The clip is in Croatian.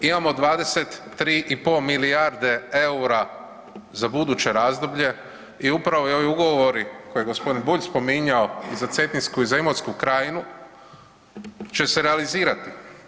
Imamo 23,5 milijarde EUR-a za buduće razdoblje i upravo i ovi ugovori koje je g. Bulj spominjao za Cetinsku i za Imotsku krajinu že se realizirati.